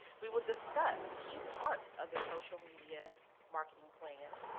we will discuss key parts of a social media marketing plan,